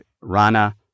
Rana